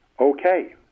Okay